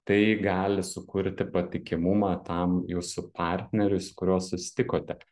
tai gali sukurti patikimumą tam jūsų partneriui su kuriuo susitikote